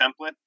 template